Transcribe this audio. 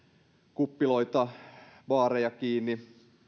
kuppiloita baareja kiinni